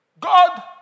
God